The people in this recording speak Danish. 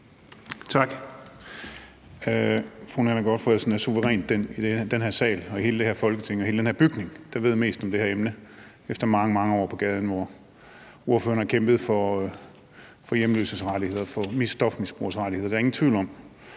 Tak. Fru Nanna W. Gotfredsen er suverænt den i den her sal, i hele det her Folketing og i hele den her bygning, der ved mest om det her emne efter mange, mange år på gaden, hvor ordføreren har kæmpet for hjemløses rettigheder og for stofmisbrugeres rettigheder. Det er der ingen tvivl om.